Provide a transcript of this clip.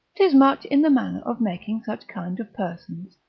tis much in the manner of making such kind of persons,